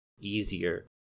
easier